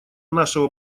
нашего